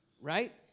right